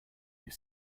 your